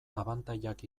abantailak